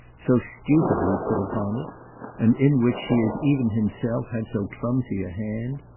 so stupidly put upon it and in which he has even himself had so clumsy a hand?